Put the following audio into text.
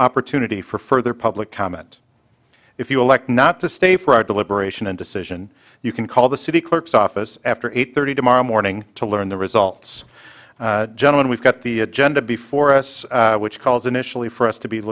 opportunity for further public comment if you elect not to stay for deliberation and decision you can call the city clerk's office after eight thirty tomorrow morning to learn the results gentlemen we've got the agenda before us which calls initially for us to be